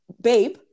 babe